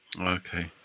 Okay